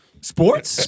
Sports